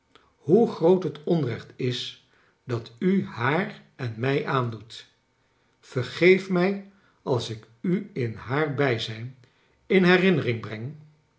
hoe groot het onrecht is dat u haar en mij aandoet vergeef mij als ik u in haar bijzijn in herinnering breug